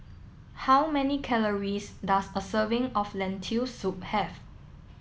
how many calories does a serving of Lentil Soup have